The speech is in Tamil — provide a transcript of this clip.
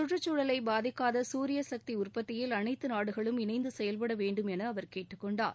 சுற்றுச்சூழலை பாதிக்காத சூரிய சக்தி உற்பத்தியில் அனைத்து நாடுகளும் இணைந்து செயல்பட வேண்டும் என அவர் கேட்டுக்கொண்டார்